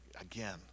again